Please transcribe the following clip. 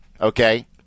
Okay